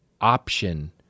option